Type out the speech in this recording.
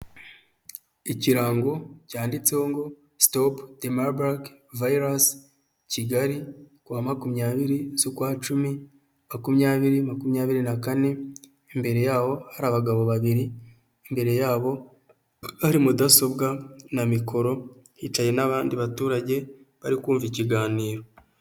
Ikirango cyanditseho ngo sitopu de mabage vayirasi Kigali, ku wa makumyabiri z'ukwacumi, makumyabiri, makumyabiri na kane, imbere yaho hari abagabo babiri, imbere yabo hari mudasobwa na mikoro, hicaye n'abandi baturage bari kumva ikiganiro.